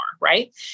right